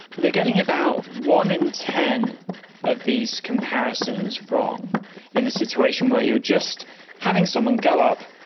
they are getting about one in ten of these comparisons wrong in a situation where you are just having someone go up,